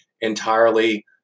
entirely